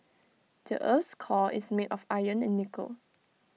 the Earth's core is made of iron and nickel